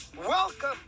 welcome